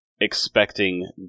expecting